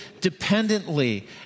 dependently